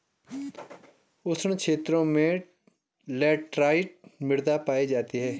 उष्ण क्षेत्रों में लैटराइट मृदा पायी जाती है